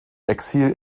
exil